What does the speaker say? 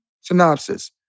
synopsis